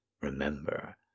remember